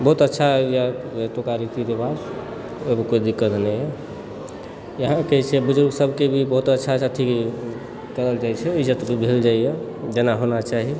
बहुत अच्छा यऽ एतुका रीति रिवाज ओहिमे कोइ दिक्कत नहि यऽ यहाँके जे छै बुजुर्गसभ के भी बहुत अच्छा अथी करल जाइ छै इज्जत देल जाइए जेना होना चाही